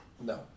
No